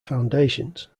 foundations